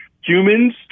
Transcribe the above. humans